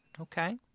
Okay